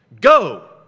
go